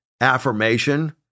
affirmation